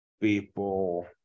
people